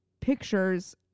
pictures